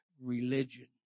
religion